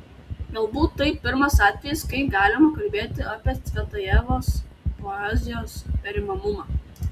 galbūt tai pirmas atvejis kai galima kalbėti apie cvetajevos poezijos perimamumą